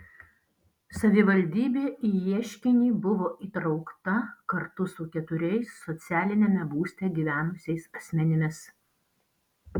savivaldybė į ieškinį buvo įtraukta kartu su keturiais socialiniame būste gyvenusiais asmenimis